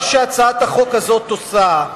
מה שהצעת החוק הזאת עושה,